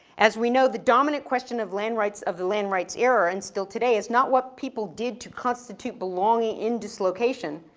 as we know, the dominant question of land rights of the land rights era, and still today is not what people did to constitute belonging in dislocation,